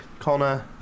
Connor